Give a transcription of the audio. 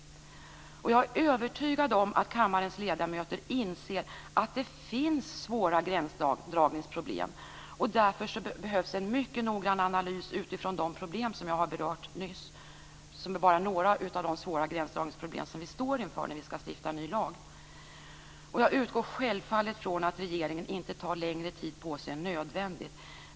Jag är övertygad om att kammarens ledamöter inser att det finns svåra gränsdragningsproblem. Därför behövs en mycket noggrann analys utifrån de problem som jag nyss berört och som ju bara är några av de svåra gränsdragningsproblem som vi står inför när vi skall stifta en ny lag. Jag utgår självfallet från att regeringen inte tar längre tid på sig än nödvändigt.